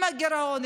עם הגירעון,